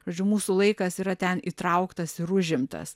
žodžiu mūsų laikas yra ten įtrauktas ir užimtas